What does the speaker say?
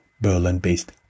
Berlin-based